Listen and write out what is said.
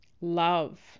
love